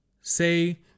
Say